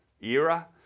era